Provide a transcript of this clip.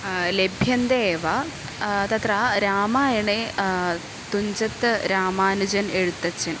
लभ्यन्ते एव तत्र रामायणे तुञ्जत् रामानुजन् एषुत्तच्चन्